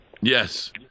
Yes